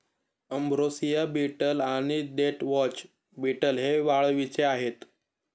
ambrosia beetle आणि deathwatch beetle हे वाळवीचे आहेत